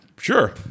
Sure